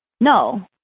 No